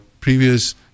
previous